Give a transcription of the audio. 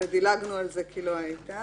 אבל אני אפילו לא מבקש את זה.